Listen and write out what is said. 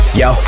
yo